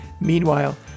Meanwhile